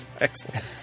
excellent